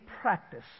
practice